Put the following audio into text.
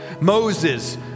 Moses